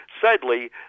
sadly